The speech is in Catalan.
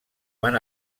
van